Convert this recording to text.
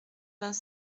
vingt